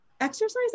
exercise